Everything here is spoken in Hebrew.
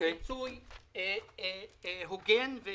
פיצוי הוגן.